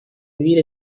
vivir